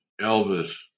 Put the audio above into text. Elvis